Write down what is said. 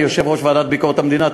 כיושב-ראש ועדת ביקורת המדינה,